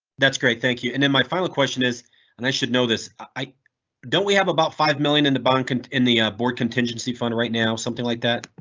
that's great, thank you and then my final question is and i should know this, i don't we have about five million in the bank and in the board contingency fund right now. something like that.